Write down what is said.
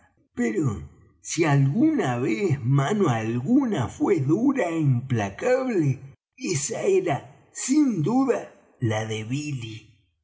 pero si alguna vez mano alguna fué dura é implacable esa era sin duda la